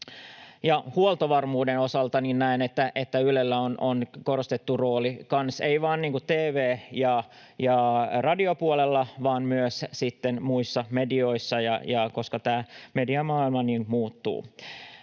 Huoltovarmuuden osalta näen, että Ylellä on kanssa korostettu rooli ei vain TV- ja radiopuolella vaan myös muissa medioissa, koska tämä mediamaailma muuttuu.